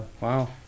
Wow